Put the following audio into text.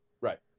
Right